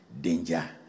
danger